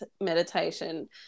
meditation